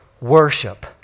worship